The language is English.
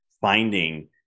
finding